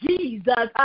Jesus